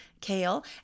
Kale